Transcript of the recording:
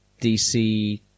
DC